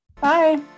Bye